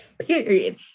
Period